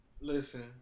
listen